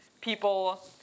people